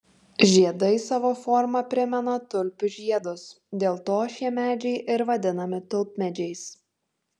žiedai savo forma primena tulpių žiedus dėl to šie medžiai ir vadinami tulpmedžiais